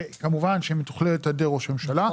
וכמובן שהיא מתוכללת על ידי ראש הממשלה.